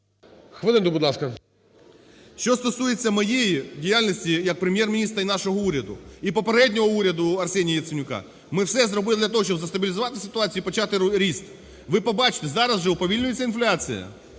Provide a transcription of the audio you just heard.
Що стосується моєї діяльності як Прем'єр-міністра і нашого уряду, і попереднього уряду Арсенія Яценюка, ми все зробили для того, щоби застабілізувати ситуацію і почати ріст. Ви побачите, зараз вже уповільнюється інфляція,